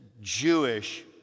Jewish